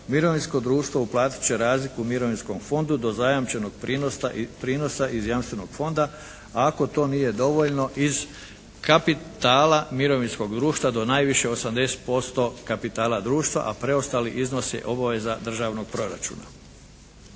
mirovinsko društvo uplatiti će razliku Mirovinskom fondu do zajamčenog prinosa iz jamstvenog fonda, a ako to nije dovoljno iz kapitala mirovinskog društva do najviše 80% kapitala društva a preostali iznos je obaveza državnog proračuna."